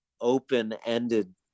open-ended